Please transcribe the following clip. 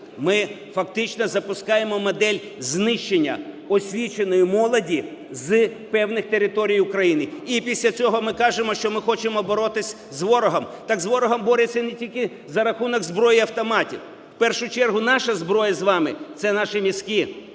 ми фактично запускаємо модель знищення освіченої молоді з певних територій України. І після цього ми кажемо, що ми хочемо боротись з ворогом? Так з ворогом борються не тільки за рахунок зброї і автоматів. В першу чергу наша зброя з вами – це наші мізки,